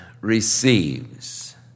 receives